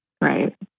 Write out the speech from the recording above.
Right